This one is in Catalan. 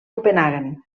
copenhaguen